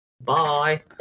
bye